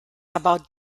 about